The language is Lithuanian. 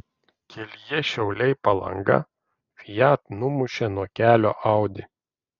kelyje šiauliai palanga fiat numušė nuo kelio audi